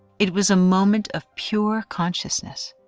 it was a moment of pure consciousness,